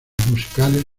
musicales